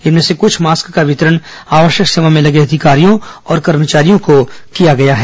इसमें से कुछ मास्क का वितरण आवश्यक सेवा में लगे अधिकारियों और कर्मचारियों को किया गया है